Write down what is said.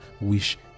wish